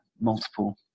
multiple